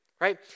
right